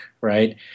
right